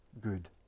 good